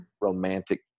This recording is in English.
romantic